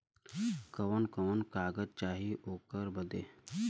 कवन कवन कागज चाही ओकर बदे?